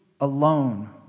alone